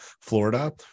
Florida